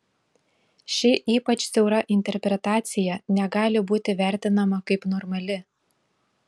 ši ypač siaura interpretacija negali būti vertinama kaip normali